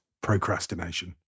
procrastination